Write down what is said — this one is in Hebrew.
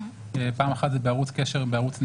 פעם אחת זה בערוץ קשר בערוץ נפרד,